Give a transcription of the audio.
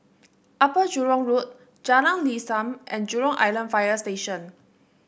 Upper Jurong Road Jalan Lam Sam and Jurong Island Fire Station